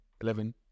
eleven